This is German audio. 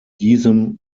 diesem